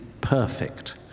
perfect